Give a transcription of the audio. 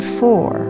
four